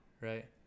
right